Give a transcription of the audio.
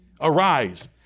Arise